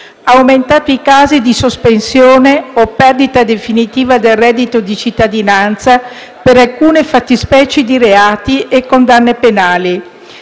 aumentato i casi di sospensione o perdita definitiva del reddito di cittadinanza per alcune fattispecie di reati e condanne penali;